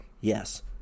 Yes